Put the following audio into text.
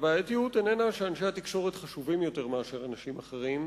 הבעייתיות איננה שאנשי התקשורת חשובים יותר מאנשים אחרים,